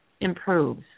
Improves